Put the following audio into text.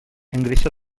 engreixa